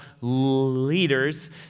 leaders